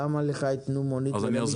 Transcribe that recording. למה שלך יתנו מונית ולמישהו אחר לא?